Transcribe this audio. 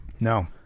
No